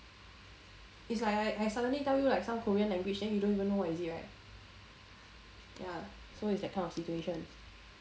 it's like I suddenly tell you like south korean language then you don't even know what is it right ya so it's that kind of situation